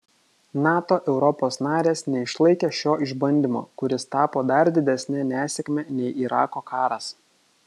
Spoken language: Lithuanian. nato europos narės neišlaikė šio išbandymo kuris tapo dar didesne nesėkme nei irako karas